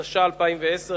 התש"ע 2010,